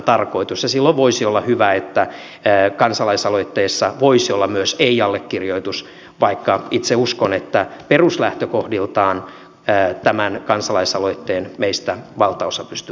silloin voisi olla hyvä että kansalaisaloitteessa voisi olla myös ei allekirjoitus vaikka itse uskon että peruslähtökohdiltaan tämän kansalaisaloitteen meistä valtaosa pystyy allekirjoittamaan